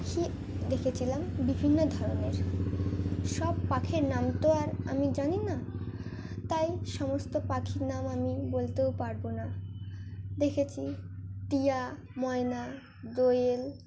পাখি দেখেছিলাম বিভিন্ন ধরনের সব পাখির নাম তো আর আমি জানি না তাই সমস্ত পাখির নাম আমি বলতেও পারবো না দেখেছি টিয়া ময়না দোয়েল